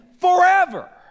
forever